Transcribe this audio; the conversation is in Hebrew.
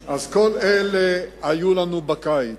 אז כל אלה היו לנו בקיץ,